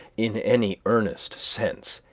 in any earnest sense,